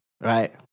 right